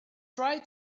try